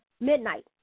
midnight